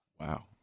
Wow